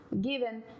given